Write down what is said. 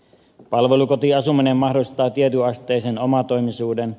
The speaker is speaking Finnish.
palvelukotiasuminen mahdollistaa tietyn asteisen omatoimisuuden